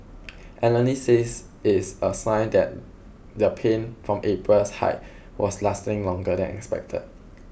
analysts says it is a sign that the pain from April's hike was lasting longer than expected